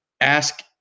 Ask